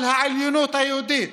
על העליונות היהודית,